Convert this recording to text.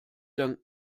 dank